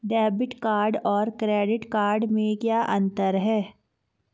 Debit card और credit card में क्या अंतर है?